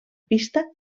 pista